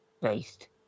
based